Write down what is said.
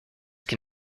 can